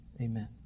amen